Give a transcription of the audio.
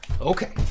Okay